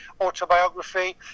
autobiography